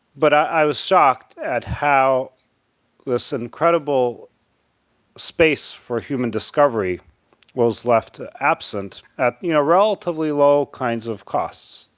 but i was shocked at how this incredible space for human discovery was left absent at you know relatively low kinds of costs.